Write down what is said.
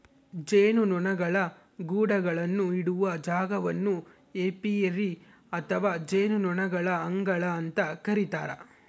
ಜೇನುನೊಣಗಳ ಗೂಡುಗಳನ್ನು ಇಡುವ ಜಾಗವನ್ನು ಏಪಿಯರಿ ಅಥವಾ ಜೇನುನೊಣಗಳ ಅಂಗಳ ಅಂತ ಕರೀತಾರ